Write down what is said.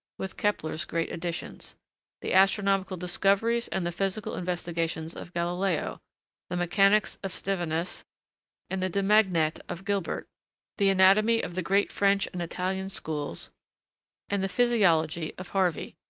with kepler's great additions the astronomical discoveries and the physical investigations of galileo the mechanics of stevinus and the de magnete of gilbert the anatomy of the great french and italian schools and the physiology of harvey.